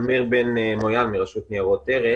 אמיר בן מויאל מרשות לניירות ערך.